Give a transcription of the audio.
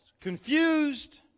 confused